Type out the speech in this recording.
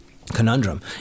Conundrum